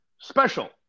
special